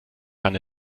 kann